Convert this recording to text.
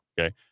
okay